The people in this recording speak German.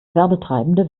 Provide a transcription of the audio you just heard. werbetreibende